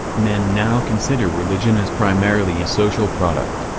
men now consider religion as primarily a social product,